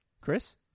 Chris